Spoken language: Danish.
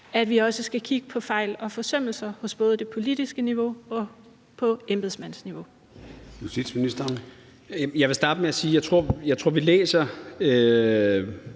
at vi også skal kigge på fejl og forsømmelser på både det politiske niveau og på embedsmandsniveau. Kl. 13:26 Formanden (Søren